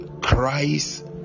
Christ